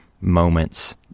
moments